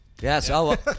yes